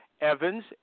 Evans